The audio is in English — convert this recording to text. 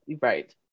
Right